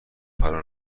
فرا